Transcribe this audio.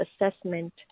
assessment